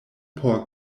por